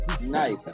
nice